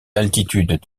altitudes